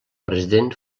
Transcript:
president